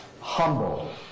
humble